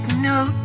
note